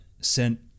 sent